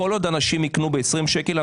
כל עוד אנשים יקנו ב-20 שקל,